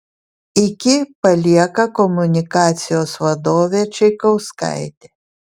iki palieka komunikacijos vadovė čaikauskaitė